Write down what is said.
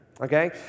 Okay